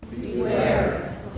Beware